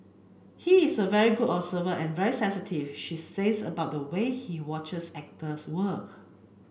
he is a very good observer and very sensitive she says about the way he watches actors work